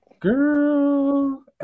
Girl